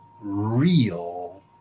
real